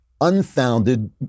unfounded